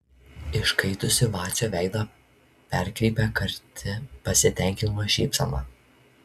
iškaitusį vacio veidą perkreipia karti pasitenkinimo šypsena